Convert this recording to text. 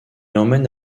emmène